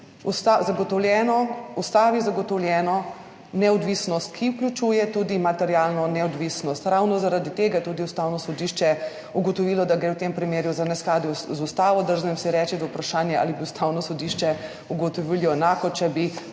edini v Ustavi zagotovljeno neodvisnost, ki vključuje tudi materialno neodvisnost. Ravno zaradi tega je tudi Ustavno sodišče ugotovilo, da gre v tem primeru za neskladje z Ustavo. Drznem si reči, da je vprašanje, ali bi Ustavno sodišče ugotovilo enako, če bi